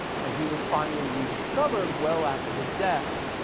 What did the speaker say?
and he was finally rediscovered well after his death